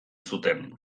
zuten